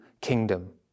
kingdom